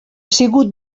sigut